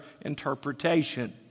interpretation